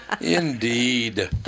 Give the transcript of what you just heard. Indeed